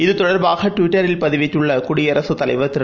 இது தொடர்பாகட்விட்டரில் பதிவிட்டுள்ளகுடியரசுத் தலைவர் திரு